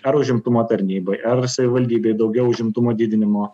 ar užimtumo tarnybai ar savivaldybei daugiau užimtumo didinimo